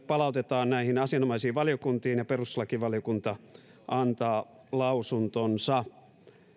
palautetaan näihin asianomaisiin valiokuntiin ja perustuslakivaliokunta antaa lausuntonsa